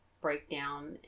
breakdown